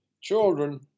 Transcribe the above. children